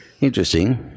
interesting